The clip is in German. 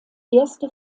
erste